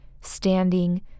standing